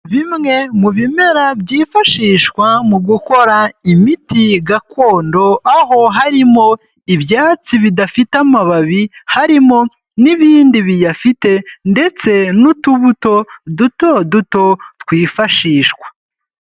Bimwe mubimera byifashishwa mugukora imiti gakondo aho harimo ibyatsi bidafite amababi harimo n'ibindi biyafite ndetse n'utubuto dutoduto twifashishwa.